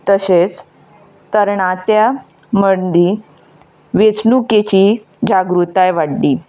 तशेंच तरणाट्यां मदीं वेंचणुकेची जागृताय वाडली